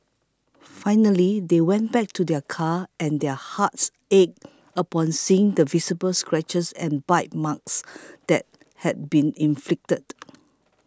finally they went back to their car and their hearts ached upon seeing the visible scratches and bite marks that had been inflicted